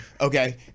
Okay